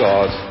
God